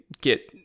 get